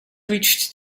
reached